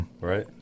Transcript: Right